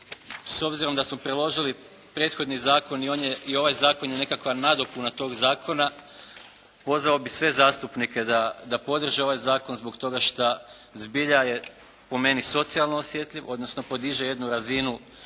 s obzirom da smo priložili prethodni zakon i ovaj zakon je nekakva nadopuna tog zakona, pozvao bih sve zastupnike da podrže ovaj zakon zbog toga šta zbilja je po meni socijalno osjetljiv, odnosno podiže jednu razinu